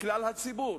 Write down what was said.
לכלל הציבור?